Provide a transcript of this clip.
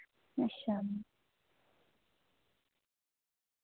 अच्छा